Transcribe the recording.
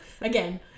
Again